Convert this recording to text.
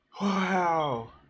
wow